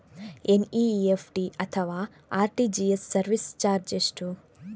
NEFT ಅಥವಾ RTGS service charge ಎಷ್ಟು?